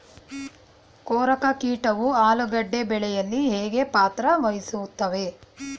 ಕೊರಕ ಕೀಟವು ಆಲೂಗೆಡ್ಡೆ ಬೆಳೆಯಲ್ಲಿ ಹೇಗೆ ಪಾತ್ರ ವಹಿಸುತ್ತವೆ?